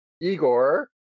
Igor